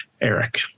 Eric